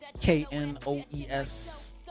k-n-o-e-s